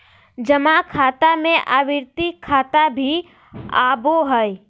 जमा खाता में आवर्ती खाता भी आबो हइ